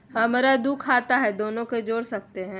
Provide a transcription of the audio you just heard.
हमरा दू खाता हय, दोनो के जोड़ सकते है?